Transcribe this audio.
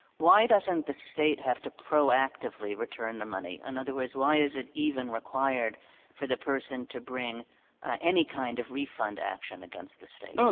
why doesn't the state have to proactively return the money? in other words, why is it even required for the person to bring any kind of refund action against the state? banner no.